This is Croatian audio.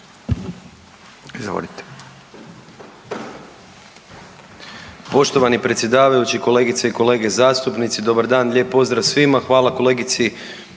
izvolite.